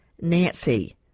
nancy